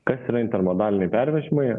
kas yra intermodaliniai pervežimai